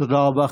תודה רבה.